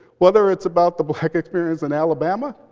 whether it's about the black experience in alabama